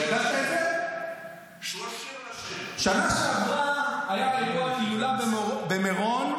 בשנה שעברה היה אירוע הילולה במירון,